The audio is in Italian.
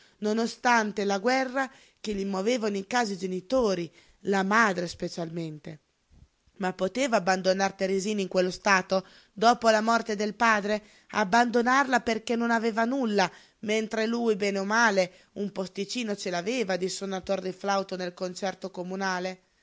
ostante la guerra che gli movevano in casa i genitori la madre specialmente ma poteva abbandonar teresina in quello stato dopo la morte del padre abbandonarla perché non aveva nulla mentre lui bene o male un posticino ce l'aveva di sonator di flauto nel concerto comunale